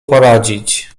poradzić